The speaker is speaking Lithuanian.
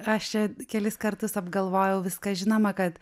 aš čia kelis kartus apgalvojau viską žinoma kad